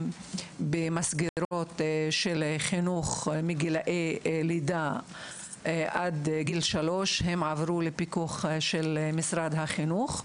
במסגרות חינוך מגילאי לידה עד שלוש עברו לפיקוח משרד החינוך.